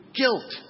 guilt